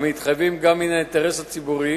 המתחייבת גם מן האינטרס הציבורי,